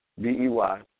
B-E-Y